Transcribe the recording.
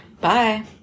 bye